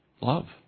Love